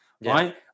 right